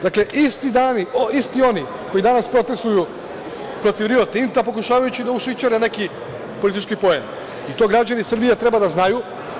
Dakle, isti oni koji danas protestvuju protiv Rio Tinta pokušavajući da ušićare neki politički poen i to građani Srbije treba da znaju.